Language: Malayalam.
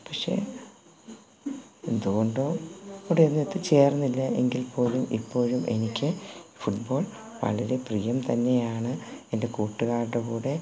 പക്ഷേ എന്തുകൊണ്ടോ അവിടെയൊന്നും എത്തിച്ചേർന്നില്ല എങ്കിൽപ്പോലും ഇപ്പോഴും എനിക്ക് ഫുട്ബോൾ വളരെ പ്രിയം തന്നെയാണ് എന്റെ കൂട്ടുകാരുടെ കൂടെ